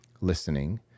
listening